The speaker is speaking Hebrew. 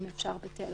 אם אפשר, בטלפון.